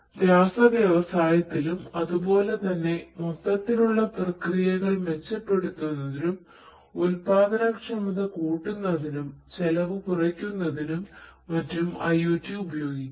രാസവ്യവസായത്തിലും അതുപോലെ തന്നെ മൊത്തത്തിലുള്ള പ്രക്രിയകൾ മെച്ചപ്പെടുത്തുന്നതിനും ഉൽപ്പാദനക്ഷമത കൂട്ടുന്നതിനും ചെലവ് കുറയ്ക്കുന്നതിനും മറ്റും IOT ഉപയോഗിക്കാം